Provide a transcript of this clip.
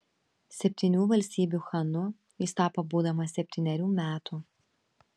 septynių valstybių chanu jis tapo būdamas septynerių metų